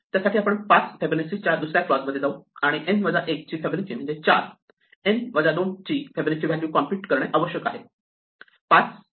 त्यासाठी आपण 5 फिबोनाची च्या दुसर्या क्लॉजमध्ये जाऊ आणि n वजा 1 ची फिबोनाची म्हणजे 4 n वजा 2 म्हणजे 3 ची फिबोनाची व्हॅल्यू कॉम्प्युट करणे आवश्यक आहे